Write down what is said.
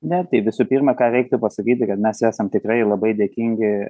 ne tai visų pirma ką reiktų pasakyti kad mes esam tikrai labai dėkingi